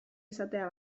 izatea